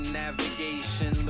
navigation